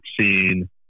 seen